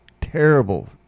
terrible